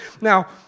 Now